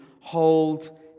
hold